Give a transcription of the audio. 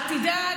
אל תדאג,